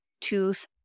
tooth